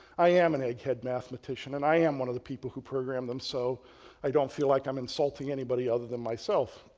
i am a and egghead mathematician and i am one of the people who programmed them so i don't feel like i'm insulting anybody other than myself.